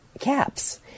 caps